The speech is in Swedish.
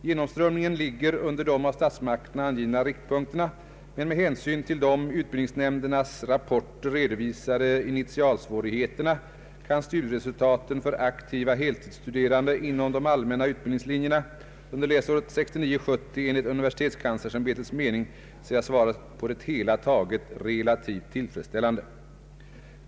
Genomströmningen ligger under de av statsmakterna angivna riktpunkterna, men med hänsyn till de i utbildningsnämndernas rapporter redovisade initialsvårigheterna kan studieresultaten för aktiva heltidsstuderande inom de allmänna utbildningslinjerna under läsåret 1969/70 enligt universitetskanslersämbetets mening sägas vara på det hela taget relativt tillfredsställande.